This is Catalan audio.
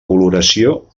coloració